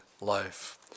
life